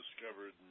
discovered